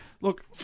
look